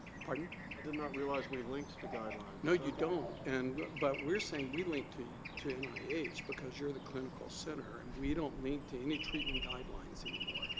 pardon. i did not realize we linked to guidelines. no, you don't, and but we're saying we linked to to nih, because you're the clinical center and we don't link to any treatment guidelines anymore.